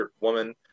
woman